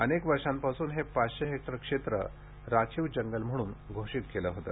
अनेक वर्षांपासून हे पाचशे हेक्टर क्षेत्र राखीव जंगल म्हणून घोषित होते